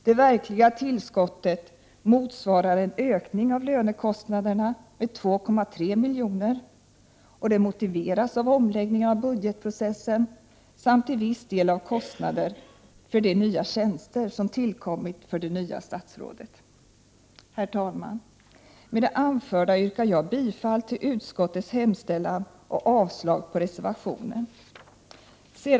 Det verkliga tillskottet motsvarar en ökning av lönekostnaderna med 2,3 milj.kr., vilket motiveras av omläggningen av budgetprocessen samt till viss del av de kostnader för nya tjänster som tillkommit för det nya statsrådet. Herr talman! Med det anförda yrkar jag bifall till utskottets hemställan och avslag på reservationen.